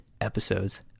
episode's